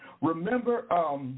Remember